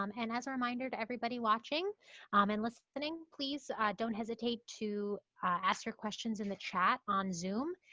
um and as a reminder to everybody watching um and listening, please ah don't hesitate to ask your questions in the chat on zoom.